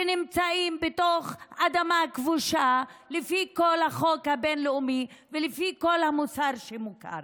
שנמצאים על אדמה כבושה לפי החוק הבין-לאומי ולפי כל המוסר שמוכר.